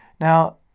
Now